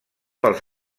pels